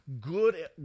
good